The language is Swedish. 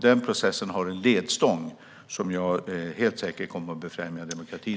Den processen har en ledstång som jag är helt säker på kommer att främja demokratin.